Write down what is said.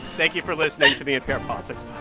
thank you for listening to the npr politics